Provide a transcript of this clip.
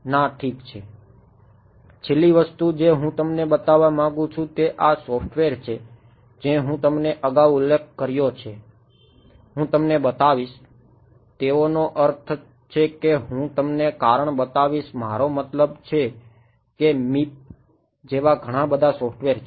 ના ઠીક છે છેલ્લી વસ્તુ જે હું તમને બતાવવા માંગુ છું તે આ સોફ્ટવેર છે જે હું તમને અગાઉ ઉલ્લેખ કર્યો છે હું તમને બતાવીશ તેઓનો અર્થ છે કે હું તમને કારણ બતાવીશ મારો મતલબ છે કે મીપ જેવા ઘણા બધા સોફ્ટવેર છે